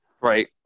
Right